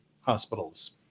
hospitals